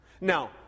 Now